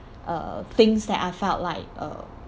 uh things that I felt like uh